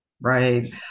right